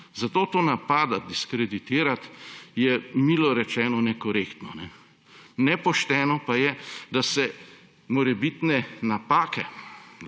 Zato to napadati, diskreditirati, je milo rečeno nekorektno. Nepošteno pa je, da se morebitne napake